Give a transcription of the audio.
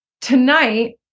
Tonight